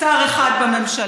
שר אחד בממשלה,